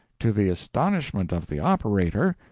to the astonishment of the operator,